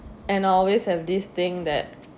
and I always have this thing that